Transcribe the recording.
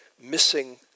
missing